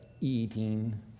eating